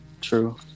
true